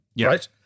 right